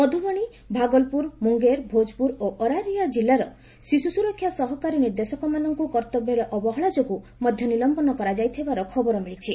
ମଧୁବଶି ଭାଗଲପୁର ମୁଙ୍ଗେର ଭୋଜପୁର ଓ ଅରାରିଆ କିଲ୍ଲାର ଶିଶୁସୁରକ୍ଷା ସହକାରୀ ନିର୍ଦ୍ଦେଶକମାନଙ୍କୁ କର୍ତ୍ତବ୍ୟରେ ଅବହେଳା ଯୋଗୁଁ ମଧ୍ୟ ନିଲମ୍ବନ କରାଯାଇଥିବାର ଖବର ମିଳିଛି